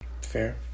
Fair